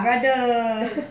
brother